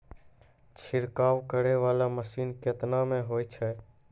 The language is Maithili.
छिड़काव करै वाला मसीन केतना मे होय छै?